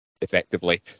effectively